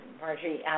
Marjorie